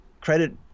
Credit